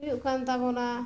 ᱦᱩᱭᱩᱜ ᱠᱟᱱ ᱛᱟᱵᱚᱱᱟ